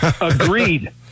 Agreed